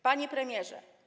Panie Premierze!